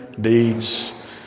deeds